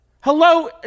Hello